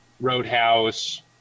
Roadhouse